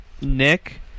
Nick